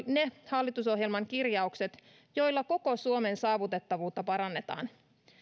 ne hallitusohjelman kirjaukset joilla koko suomen saavutettavuutta parannetaan